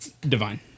Divine